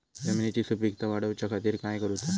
जमिनीची सुपीकता वाढवच्या खातीर काय करूचा?